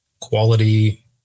quality